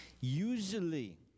usually